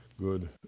good